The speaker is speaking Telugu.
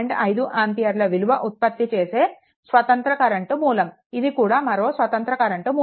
5 ఆంపియర్ల విలువ ఉత్పత్తి చేసే స్వతంత్ర కరెంట్ మూలం ఇది కూడా మరో స్వతంత్ర కరెంట్ మూలం